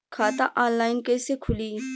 खाता ऑनलाइन कइसे खुली?